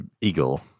eagle